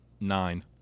Nine